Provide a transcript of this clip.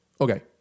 Okay